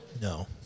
No